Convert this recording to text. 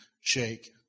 shake